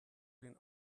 den